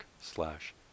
slash